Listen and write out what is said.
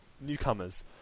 newcomers